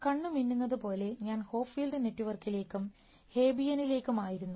കണ്ണ് മിന്നുന്നത് പോലെ ഞാൻ ഹോപ്ഫീൽഡ് നെറ്റ്വർക്കിലേക്കും ഹേബിയനിലേക്കും ആയിരുന്നു